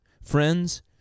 Friends